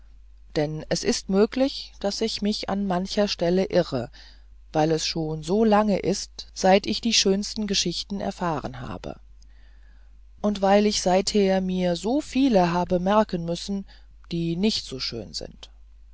denn es ist möglich daß ich mich an mancher stelle irre weil es schon so lange ist seit ich die schönsten geschichten erfahren habe und weil ich seither mir viele habe merken müssen die nicht so schön sind